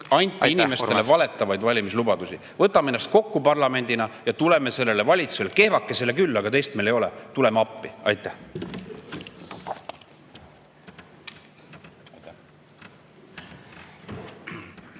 anti inimestele valelikke valimislubadusi. Võtame ennast kokku parlamendina ja tuleme sellele valitsusele – kehvakesele küll, aga teist meil ei ole – appi. Aitäh!